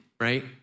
right